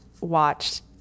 watched